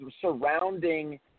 surrounding